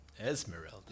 Esmeralda